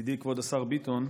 ידידי כבוד השר ביטון,